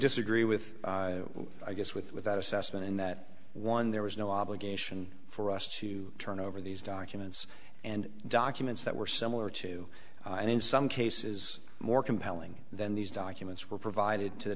disagree with i guess with that assessment in that one there was no obligation for us to turn over these documents and documents that were similar to and in some cases more compelling than these documents were provided to the